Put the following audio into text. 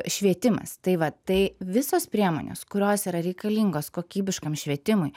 švietimas tai vat tai visos priemonės kurios yra reikalingos kokybiškam švietimui